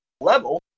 level